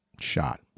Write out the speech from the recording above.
shot